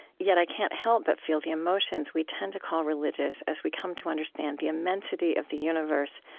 yet i can't help but feel the emotions we tend to call religious, as we come to understand the immensity of the universe,